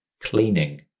cleaning